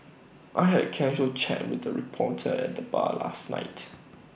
I had casual chat with the reporter at the bar last night